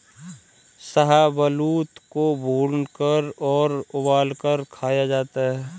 शाहबलूत को भूनकर और उबालकर खाया जाता है